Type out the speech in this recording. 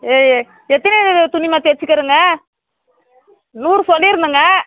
எ எத்தினை இது துணிம்மா தைச்சிக்கிறிங்க நூறு சொல்லியிருந்தேங்க